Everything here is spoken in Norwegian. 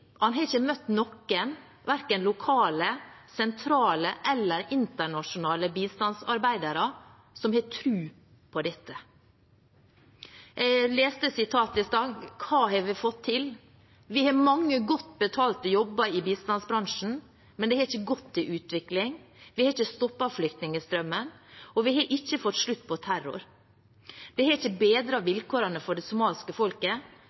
har ikke møtt noen – verken lokale, sentrale eller internasjonale bistandsarbeidere – som har tro på dette.» Jeg leste uttalelsen i stad: «Hva har vi fått til?» Og videre: «Vi har mange godt betalte jobber i bistandsbransjen. Men det har ikke gitt utvikling, vi har ikke stoppet flyktningstrømmen og vi har ikke fått slutt på terror. Det har ikke bedret vilkårene for det somaliske folket.